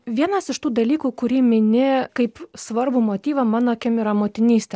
vienas iš tų dalykų kurį mini kaip svarbų motyvą mano akim yra motinystė